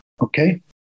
Okay